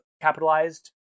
capitalized